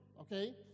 okay